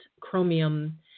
chromium